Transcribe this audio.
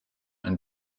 and